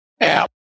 app